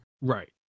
Right